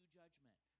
judgment